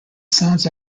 sounds